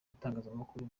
bitangazamakuru